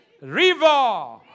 river